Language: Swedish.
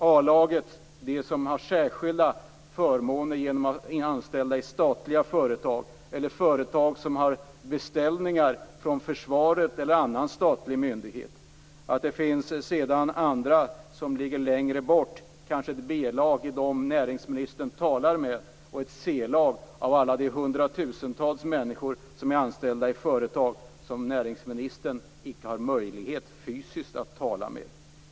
A-laget har särskilda förmåner genom att det handlar om anställda i statliga företag eller företag som har beställningar från försvaret eller annan statlig myndighet. Sedan finns det andra som ligger längre bort, kanske ett B lag. Det är de som näringsministern talar med. Vidare har vi ett C-lag med alla de hundratusentals människor som är anställda i företag som näringsministern fysiskt icke har möjlighet att tala med.